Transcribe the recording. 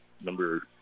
Number